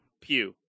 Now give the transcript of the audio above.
pew